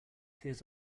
hears